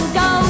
go